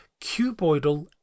cuboidal